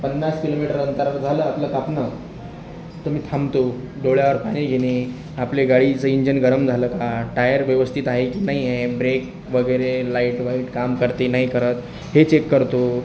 पन्नास किलोमीटर अंतर झालं आपलं कापणं तर मी थांबतो डोळ्यावर पाणी घेणे आपले गाडीचं इंजन गरम झालं का टायर व्यवस्थित आहे की नाही आहे ब्रेक वगैरे लाइट वाईट काम करते नाही करत हे चेक करतो